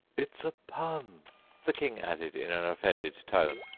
it's a pun the king added in an offended tone,